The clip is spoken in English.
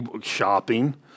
Shopping